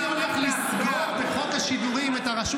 אני הולך לסגור בחוק השידורים את הרשות